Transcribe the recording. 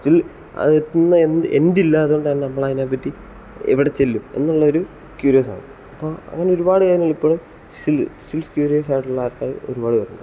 still അത് എത്തുന്ന എൻ എൻഡില്ല അതുകൊണ്ട് നമ്മൾ അതിനെ പറ്റി എവിടെ ചെല്ലും എന്നുള്ള ഒരു ക്യൂരിയസാണ് അപ്പൊ അങ്ങനെ ഒരുപാട് പേര് ഇപ്പോഴും സ്റ്റിൽ സ്റ്റിൽ ക്യൂരിയസ് ആയിട്ടുള്ള ആൾക്കാര് ഒരുപാട് പേരുണ്ട്